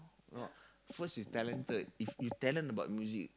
uh first is talented if you talent about music